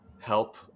help